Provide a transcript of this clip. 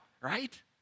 right